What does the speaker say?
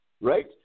right